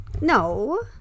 No